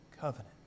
covenant